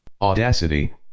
Audacity